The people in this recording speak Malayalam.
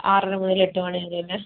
ആറ് അര മുതൽ എട്ട് മണി വരെ അല്ലേ